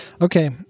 Okay